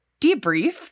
debrief